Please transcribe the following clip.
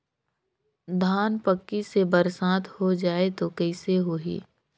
धान पक्की से बरसात हो जाय तो कइसे हो ही?